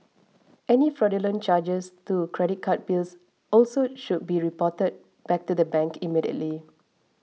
any fraudulent charges to credit card bills also should be reported bank to the immediately